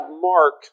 Mark